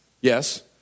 Yes